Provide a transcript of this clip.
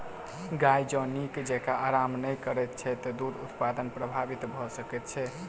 गाय जँ नीक जेँका आराम नै करैत छै त दूध उत्पादन प्रभावित भ सकैत छै